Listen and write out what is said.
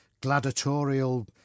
gladiatorial